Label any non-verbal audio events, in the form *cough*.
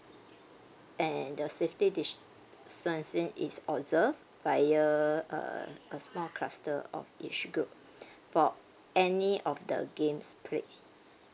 and the safety distancing is observed by uh a small cluster of each group *breath* for any of the games played